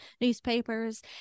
newspapers